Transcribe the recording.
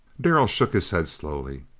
darrell shook his head slowly.